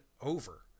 over